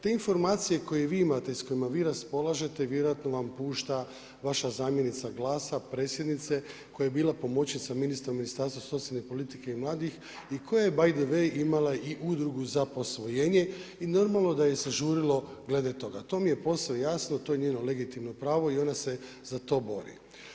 Tim formacije koji vi imate i s kojima vi raspolažete, vjerojatno vam pušta vaša zamjenica GLAS-a, predsjednice koja je bila pomoćnica ministra u Ministarstvu socijalne politike i mladih i koja je by the way imala i udrugu za posvojenje i normalno da joj se žurilo glede toga, to joj je posao, jasno, to je njeno legitimno pravo i ona se za to bori.